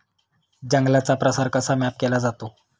जंगलांचा प्रसार कसा मॅप केला जातो?